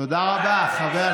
תודה רבה, חבר,